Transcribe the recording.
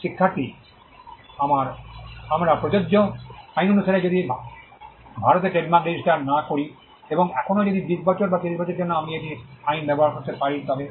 শিক্ষার্থী আমরা প্রযোজ্য আইন অনুসারে যদি আমি ভারতে ট্রেডমার্ক রেজিস্টার না করি এবং এখনও যদি দীর্ঘ 20 বছর বা 30 বছরের জন্য আমি এটি আইন ব্যবহার করতে পারি তবে